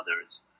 others